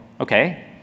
okay